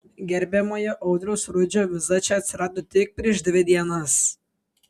gerbiamojo audriaus rudžio viza čia atsirado tik prieš dvi dienas